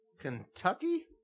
Kentucky